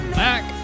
back